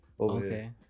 Okay